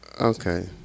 Okay